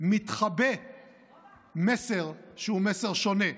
מתחבא מסר שהוא מסר שונה.